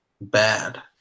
Bad